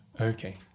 Okay